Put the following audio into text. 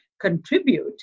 contribute